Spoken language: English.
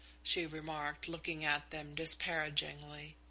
she remarked, looking at them disparagingly.